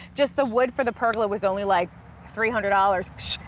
just the wood for the pergola was only like three hundred dollars. shhh.